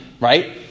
right